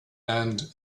and